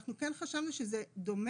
אנחנו כן חשבנו שזה דומה,